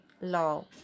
law